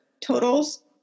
totals